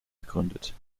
gegründet